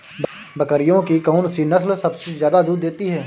बकरियों की कौन सी नस्ल सबसे ज्यादा दूध देती है?